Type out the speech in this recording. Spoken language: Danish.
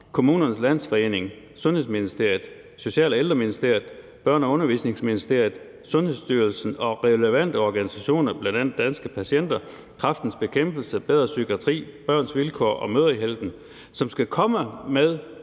Kommunernes Landsforening, Sundhedsministeriet, Social- og Ældreministeriet, Børne- og Undervisningsministeriet, Sundhedsstyrelsen og relevante organisationer, bl.a. Danske Patienter, Kræftens Bekæmpelse, Bedre Psykiatri, Børns Vilkår og Mødrehjælpen, som skal komme med